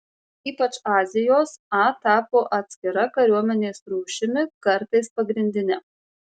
ypač azijos a tapo atskira kariuomenės rūšimi kartais pagrindine